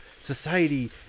society